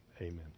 Amen